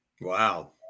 Wow